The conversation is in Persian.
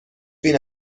بین